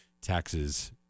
taxes